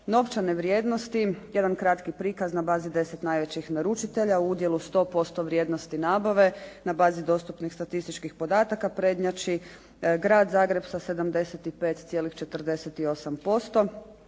novčane vrijednosti, jedan kratki prikaz na bazi 10 najvećih naručitelja u udjelu 100% vrijednosti nabave na bazi dostupnih statističkih podataka prednjači Grad Zagreb sa 75,48%,